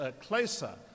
closer